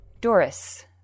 Doris